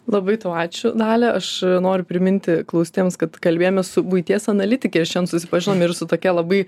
labai tau ačiū dalia aš noriu priminti klausytojams kad kalbėjomės su buities analitike ir šiandien susipažinom ir su tokia labai